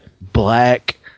black